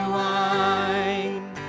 wine